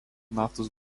naftos